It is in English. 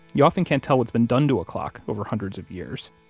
you often can't tell what's been done to a clock over hundreds of years.